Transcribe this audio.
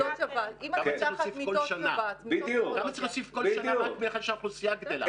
כמה צריך להוסיף כל שנה רק בגלל שהאוכלוסייה גדלה?